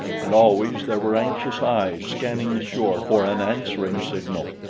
and always there were anxious eyes scanning the shore for an answering signal.